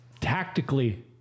tactically